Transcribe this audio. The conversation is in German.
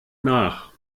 nach